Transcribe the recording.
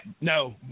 No